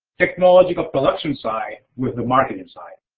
technology or production side with the marketing side.